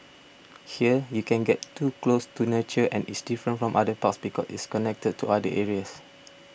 here you can get too close to nature and it's different from other parks because it's connected to other areas